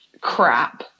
crap